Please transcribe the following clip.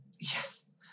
Yes